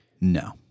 No